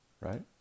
right